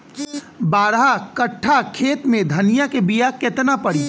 बारह कट्ठाखेत में धनिया के बीया केतना परी?